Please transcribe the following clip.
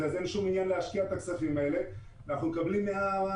אז אין שום עניין להשקיע את הכספים האלה ואנחנו מקבלים מהמענקים